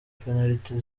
penaliti